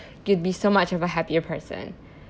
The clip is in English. you would be so much of a happier person